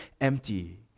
empty